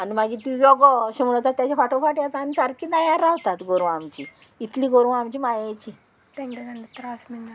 आनी मागीर तूं जगो अशें म्हणोन तेजे फाटोफाटी येता आनी सारकी दायार रावतात गोरवां आमची इतलीं गोरवां आमची मायेची तांकां कसलो त्रास बीन जाला